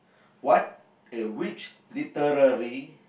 what and which literary